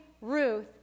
Ruth